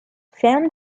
film